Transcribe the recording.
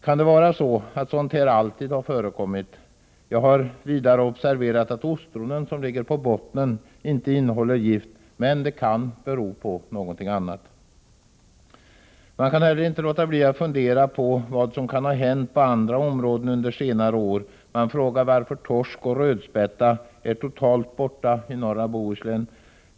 Kan det vara så att sådant här alltid har förekommit? Jag har vidare observerat att ostronen som ligger på bottnen inte innehåller gift. Men det kan bero på något annat. Man kan heller inte låta bli att fundera över vad som kan ha hänt på andra områden under senare år. Man frågar sig varför torsk och rödspätta är totalt borta i norra Bohuslän.